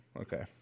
okay